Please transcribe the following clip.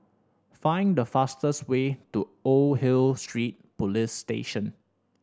find the fastest way to Old Hill Street Police Station